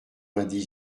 vingt